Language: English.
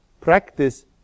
practice